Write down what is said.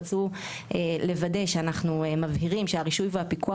רצו לוודא שאנחנו מבהירים שהרישוי והפיקוח